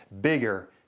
bigger